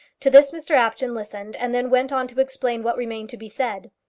to this mr apjohn listened, and then went on to explain what remained to be said.